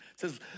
says